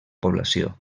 població